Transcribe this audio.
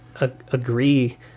agree